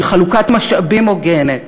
בחלוקת משאבים הוגנת?